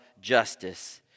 justice